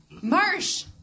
Marsh